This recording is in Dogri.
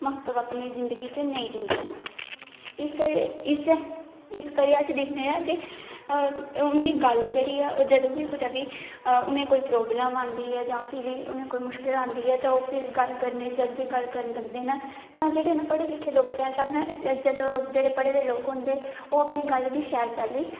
महत्तब अपनी जिंदगी च नेई दिंदे ना इस्सै करियै अस दिक्खने आं के उंदी गल्ल जेहड़ी ऐ ओह् जंदू बी उनें कोई प्रोबल्म आंदी ऐ जां उनेंगी कोई मुश्किल आंदी ऐ ते ओह् फिर गल्ल करी सकदे ना तां जेहडे़ ना पढे़ लिखे लोकें सामनै जेहडे़ पढे़ दे लोक होंदे ओह् अपनी गल्ल गी शैल चाल्ली